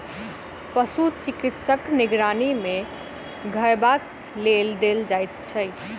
पशु चिकित्सकक निगरानी मे खयबाक लेल देल जाइत छै